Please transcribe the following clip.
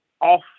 off